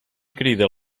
crida